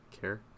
care